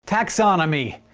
taxonomy!